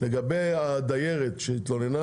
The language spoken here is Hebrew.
לגבי הדיירת שהתלוננה